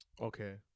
Okay